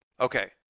Okay